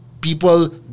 People